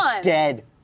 dead